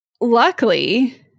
luckily